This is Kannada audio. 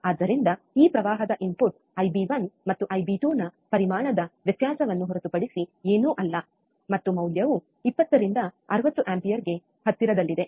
ಆದ್ದರಿಂದ ಈ ಪ್ರವಾಹದ ಇನ್ಪುಟ್ ಐಬಿ1 ಮತ್ತು ಐಬಿ2 ನ ಪರಿಮಾಣದ ವ್ಯತ್ಯಾಸವನ್ನು ಹೊರತುಪಡಿಸಿ ಏನೂ ಅಲ್ಲ ಮತ್ತು ಮೌಲ್ಯವು 20 ರಿಂದ 60 ಆಂಪಿಯರ್ಗೆ ಹತ್ತಿರದಲ್ಲಿದೆ